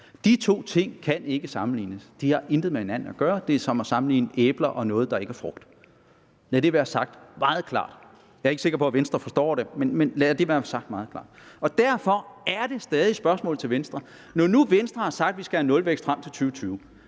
De to ting kan ikke sammenlignes, for de har intet med hinanden at gøre, det er som at sammenligne æbler med noget, der ikke er frugt. Lad det være sagt meget klart. Jeg er ikke sikker på, at Venstre forstår det, men lad det være sagt meget klart. Derfor er spørgsmålet til Venstre stadig: Når nu Venstre har sagt, at vi skal have nulvækst frem til 2020,